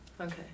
Okay